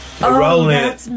rolling